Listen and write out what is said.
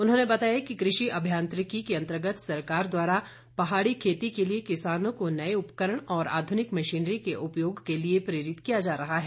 उन्होंने बताया कि कृषि अभियांत्रिकी के अंतर्गत सरकार द्वारा पहाड़ी खेती के लिए किसानों को नए उपकरण और आधुनिक मशीनरी के उपयोग के लिए प्रेरित किया जा रहा है